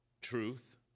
truth